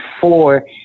four